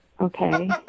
Okay